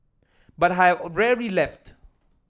but have rarely left